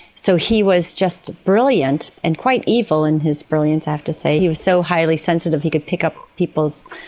so he was just brilliant and quite evil in his brilliance, i have to say. he was so highly sensitive he could pick up people's.